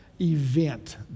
event